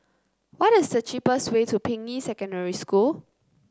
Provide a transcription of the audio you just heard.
what is the cheapest way to Ping Yi Secondary School